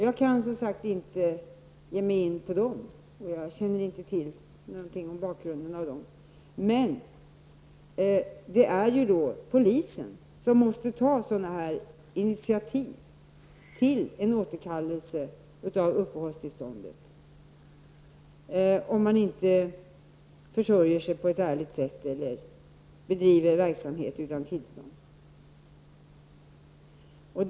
Jag kan som sagt inte ge mig in på dem, och jag känner heller inte till bakgrunden. Men det är polisen som måste ta initiativ till en återkallelse av uppehållstillståndet om en person inte försörjer sig på ett ärligt sätt eller om han bedriver verksamhet utan tillstånd.